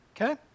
okay